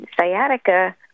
sciatica